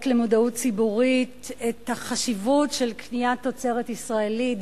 למודעות ציבורית את החשיבות של קניית תוצרת ישראלית,